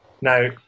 Now